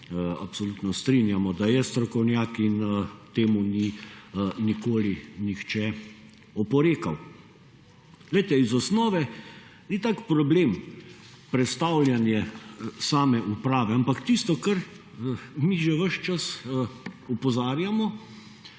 absolutno strinjamo, da je strokovnjak in temu ni nikoli nihče oporekal. Iz osnove ni tak problem predstavljanje same uprave, ampak tisto, kar mi že ves čas opozarjamo